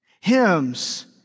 hymns